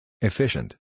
Efficient